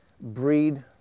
breed